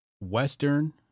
Western